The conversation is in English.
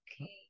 Okay